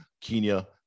Kenya